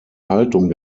haltung